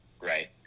right